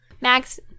Max